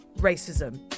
racism